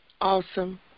Awesome